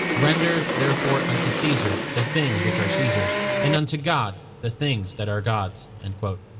render therefore unto caesar the things which are caesar's and unto god the things that are god's. and